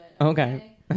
Okay